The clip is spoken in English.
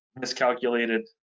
miscalculated